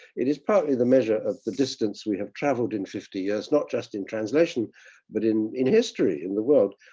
it is probably the measure of the distance we have traveled in fifty years, not just in translation but in in history in the world,